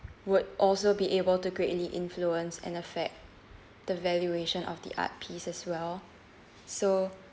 would also be able to greatly influenced and affect the valuation of the art piece as well so